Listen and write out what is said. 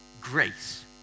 grace